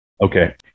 Okay